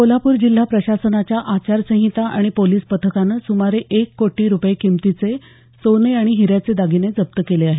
कोल्हापूर जिल्हा प्रशासनाच्या आचारसंहिता आणि पोलिस पथकाने सुमारे एक कोटी रुपये किमतीचे सोने आणि हिऱ्याचे दागिने जप्त केले आहेत